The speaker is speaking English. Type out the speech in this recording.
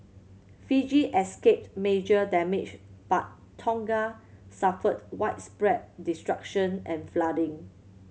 Fiji escaped major damage but Tonga suffered widespread destruction and flooding